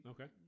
Okay